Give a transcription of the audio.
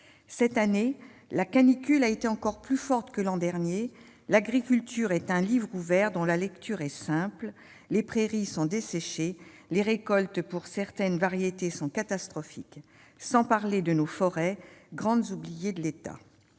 Cette année, la canicule a été encore plus forte que l'an dernier. L'agriculture est un livre ouvert dont la lecture est simple : les prairies sont desséchées, les récoltes, pour certaines cultures, sont catastrophiques. Et je ne parle pas de nos forêts, grandes oubliées de l'État